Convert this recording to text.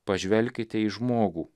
pažvelkite į žmogų